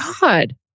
God